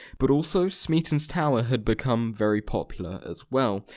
but also smeaton's tower had become very popular as well.